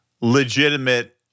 Legitimate